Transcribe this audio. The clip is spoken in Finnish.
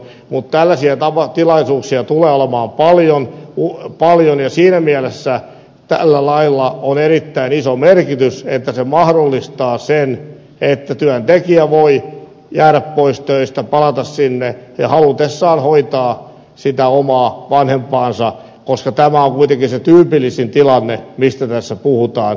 mutta tällaisia tilaisuuksia tulee olemaan paljon ja siinä mielessä tällä lailla on erittäin iso merkitys että se mahdollistaa sen että työntekijä voi jäädä pois töistä palata sinne ja halutessaan hoitaa omaa vanhempaansa koska tämä on kuitenkin se tyypillisin tilanne mistä tässä puhutaan